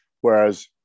Whereas